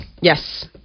Yes